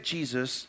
Jesus